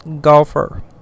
golfer